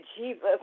Jesus